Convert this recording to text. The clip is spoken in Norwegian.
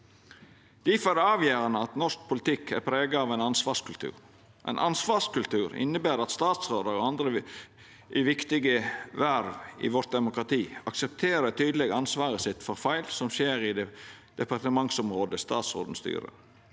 Difor er det avgjerande at norsk politikk er prega av ein ansvarskultur. Ein ansvarskultur inneber at statsrådar og andre i viktige verv i vårt demokrati aksepterer tydeleg ansvaret sitt for feil som skjer i det departementsområdet statsråden styrer.